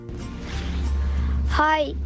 Hi